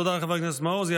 תודה לחבר הכנסת מעוז.